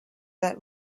that